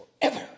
forever